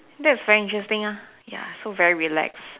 that's very interesting uh ya so very relaxed